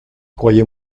croyais